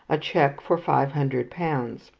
a cheque for five hundred pounds.